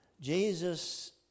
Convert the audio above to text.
Jesus